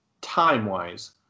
time-wise